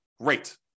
great